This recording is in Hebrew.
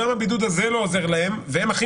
גם הבידוד הזה לא עוזר להם והם הכי